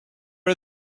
are